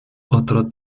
otro